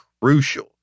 crucial